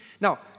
Now